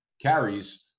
carries